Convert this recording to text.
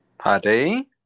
Paddy